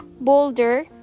Boulder